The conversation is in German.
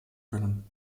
können